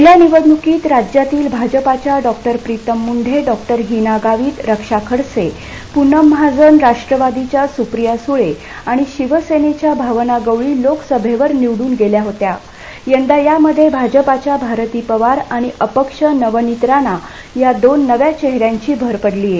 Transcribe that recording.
गेल्या निवडणुकीत राज्यातील भाजपाच्या डॉक्टर प्रितम मुंढे डॉक्टर हिना गावित रक्षा खडसे पुनम महाजन राष्ट्रवादीच्या सुप्रिया सुळे आणि शिवसेनेच्या भावना गवळी लोकसभेवर निवडुन गेल्या होत्या यंदा यामध्ये भाजपाच्या भारती पवार आणि अपक्ष नवनीत राणा या दोन नव्या चेहऱ्यांची भर पडली आहे